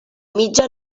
mitja